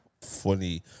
funny